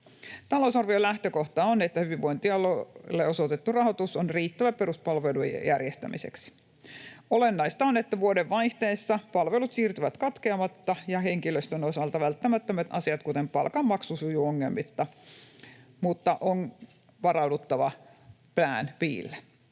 Talousarvion lähtökohta on, että hyvinvointialueille osoitettu rahoitus on riittävä peruspalvelujen järjestämiseksi. Olennaista on, että vuodenvaihteessa palvelut siirtyvät katkeamatta ja henkilöstön osalta välttämättömät asiat, kuten palkanmaksu, sujuvat ongelmitta, mutta on varauduttava plan B:llä.